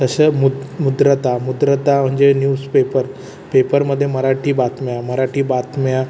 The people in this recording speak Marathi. तसं मु मुद्रता मुद्रता म्हणजे न्यूजपेपर पेपरमध्ये मराठी बातम्या मराठी बातम्या